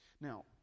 Now